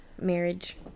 marriage